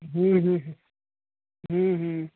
हम्म हम्म